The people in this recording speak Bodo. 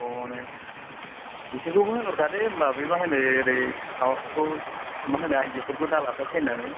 ज'नो बिसोरखौबो होनहरखादो होमबा बे मा होनो ओरै माबफोरखौ मा होनो आयजोफोरखौ दालाफासै होन्नानै